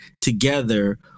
together